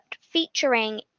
featuring